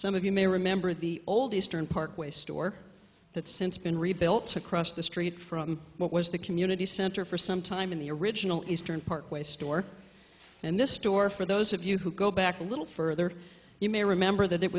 some of you may remember the old eastern parkway store that since been rebuilt across the street from what was the community center for some time in the original is turned part way store and this store for those of you who go back a little further you may remember that it